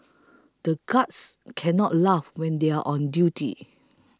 the guards can not laugh when they are on duty